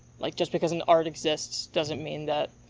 like, just because an art exists, doesn't mean that,